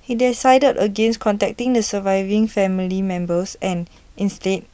he decided against contacting the surviving family members and instead